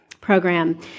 program